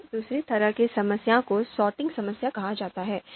फिर दूसरी तरह की समस्या को सॉर्टिंग समस्या कहा जाता है